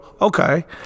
okay